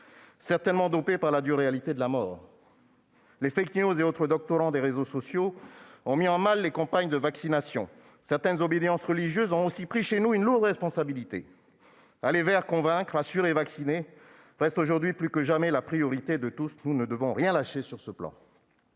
certainement dopée par la dure réalité de la mort. Les et autres doctorants des réseaux sociaux ont mis à mal les campagnes de vaccination. Certaines obédiences religieuses ont aussi chez nous une lourde responsabilité. « Aller vers », convaincre, rassurer et vacciner restent aujourd'hui plus que jamais les priorités de tous. Nous ne devons rien lâcher de ce point